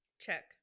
Check